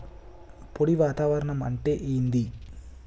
పొడి వాతావరణం అంటే ఏంది?